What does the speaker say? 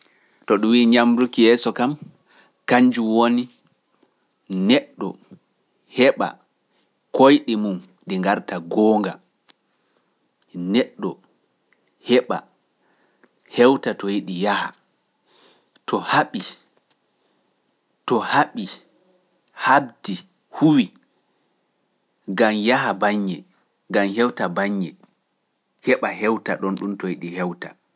To ɗum wii ñamruki yeeso kam, kanjum woni neɗɗo heɓa koyɗi mum ɗi ngarta goonga, neɗɗo heɓa hewta to yeeɗi yaha, to haɓi, to haɓdi huwi, ngam yaha baññe, ngam hewta baññe, heɓa hewta ɗon ɗum to yeeɗi hewta.